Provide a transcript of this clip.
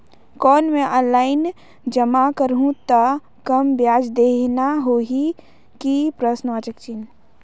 कौन मैं ऑफलाइन जमा करहूं तो कम ब्याज देना होही की?